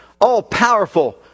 all-powerful